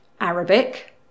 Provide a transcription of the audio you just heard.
Arabic